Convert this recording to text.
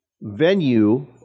venue